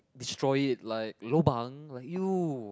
destroy it like lobang like !eww!